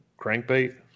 crankbait